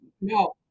no